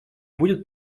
будет